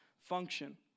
function